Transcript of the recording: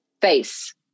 face